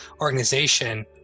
organization